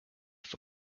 for